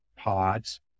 pods